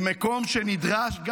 במקום שנדרש,